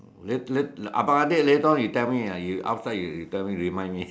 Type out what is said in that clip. lat~ lat~ abang adik later on you tell me ah outside you tell me you remind me